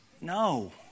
No